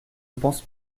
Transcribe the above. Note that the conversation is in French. pense